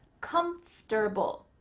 comfortable.